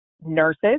nurses